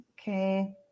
Okay